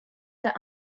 der